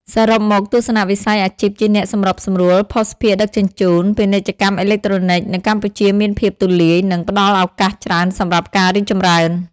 សរុបមក ទស្សនវិស័យអាជីពជាអ្នកសម្របសម្រួលភស្តុភារដឹកជញ្ជូន ពាណិជ្ជកម្មអេឡិចត្រូនិក នៅកម្ពុជាមានភាពទូលាយ និងផ្តល់ឱកាសច្រើនសម្រាប់ការរីកចម្រើន។